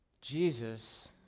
Jesus